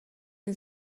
این